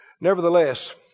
nevertheless